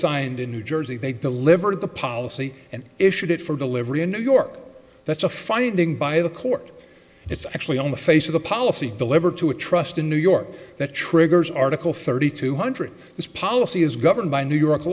signed in new jersey they delivered the policy and issued it for delivery in new york that's a finding by the court it's actually on the face of the policy deliver to a trust in new york that triggers article thirty two hundred this policy is governed by new york